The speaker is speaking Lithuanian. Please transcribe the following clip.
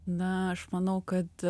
na aš manau kad